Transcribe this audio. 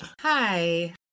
Hi